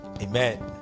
Amen